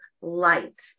light